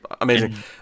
amazing